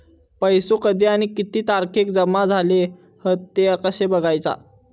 पैसो कधी आणि किती तारखेक जमा झाले हत ते कशे बगायचा?